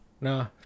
No